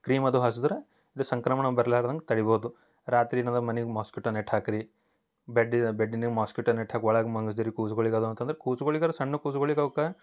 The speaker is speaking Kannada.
ಕ್ರೀಮ್ ಅದು ಹಚ್ದ್ರ ಅದು ಸಂಕ್ರಮಣ ಬರ್ಲಾರ್ದಂಗ ತಡಿಬೋದು ರಾತ್ರಿ ಏನದ ಮನಿಗ ಮೊಸ್ಕಿಟೊ ನೆಟ್ ಹಾಕ್ರೀ ಬೆಡ್ಡಿ ಬೆಡ್ಡಿನಾಗ ಮೊಸ್ಕಿಟೊ ನೆಟ್ ಹಾಕಿ ಒಳಗ ಮನುಷ್ದರಿಗ ಕೂಸುಗಳಿದವು ಅಂತಂದ್ರ ಕೂಸುಗಳಿಗರ ಸಣ್ಣವು ಕೂಸುಗಳಿಗ ಅವುಕ್ಕ